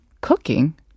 cooking